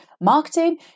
marketing